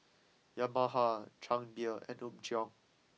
Yamaha Chang Beer and Apgujeong